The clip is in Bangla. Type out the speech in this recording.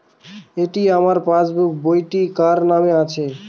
এটি আমার পাসবুক বইটি কার নামে আছে?